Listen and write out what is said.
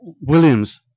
Williams